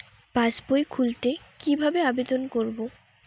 পাসবই খুলতে কি ভাবে আবেদন করব?